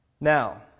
Now